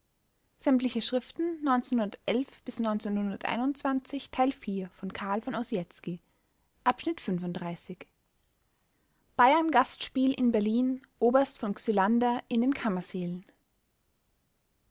bayern gastspiel in berlin oberst von xylander in den